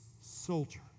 soldier